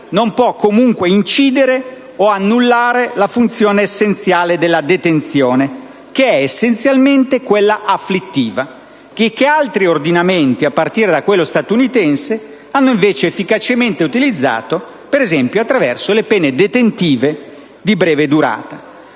non può comunque incidere o annullare la funzione essenziale della detenzione, che è, essenzialmente, quella afflittiva, e che altri ordinamenti, a partire da quello statunitense, hanno, invece, efficacemente utilizzato, ad esempio attraverso le pene detentive di breve durata.